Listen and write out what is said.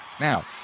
Now